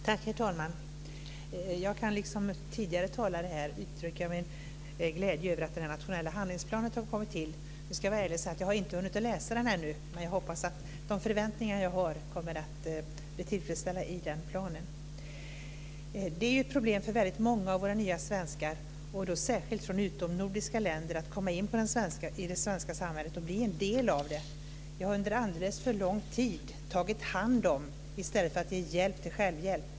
Herr talman! Jag kan liksom tidigare talare här uttrycka min glädje över den nationella handlingsplan som har kommit till. Jag ska vara ärlig, och säga att jag inte har hunnit läsa den. Men jag hoppas att de förväntningar jag har kommer att bli tillfredsställda i planen. Det är ett problem för många av våra nya svenskar, särskilt från utomnordiska länder, att komma in i det svenska samhället och bli en del av det. Vi har under alldeles för lång tid tagit hand om i stället för att ge hjälp till självhjälp.